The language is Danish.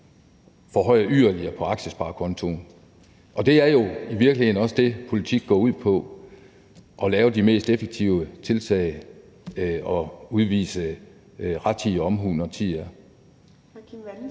forhøje yderligere på aktiesparekontoen. Og det er jo i virkeligheden også det, politik går ud på, altså at lave de mest effektive tiltag og udvise rettidig omhu, når tid er.